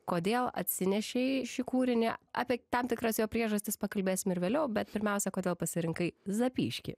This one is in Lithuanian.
kodėl atsinešei šį kūrinį apie tam tikras jo priežastis pakalbėsim ir vėliau bet pirmiausia kodėl pasirinkai zapyškį